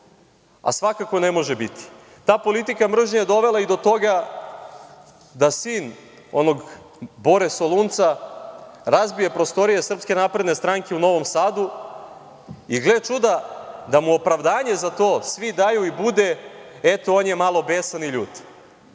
a svakako ne može biti. Ta politika mržnje je dovela i do toga da sin onog Bore Solunca razbije prostorije SNS u Novom Sadu i gle čuda da mu opravdanje za to svi daju i bude - eto, on je malo besan i ljut,